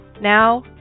now